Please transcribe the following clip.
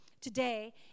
today